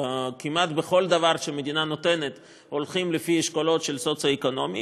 כמעט בכל דבר שהמדינה נותנת הולכים לי אשכולות של סוציו-אקונומי,